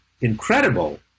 incredible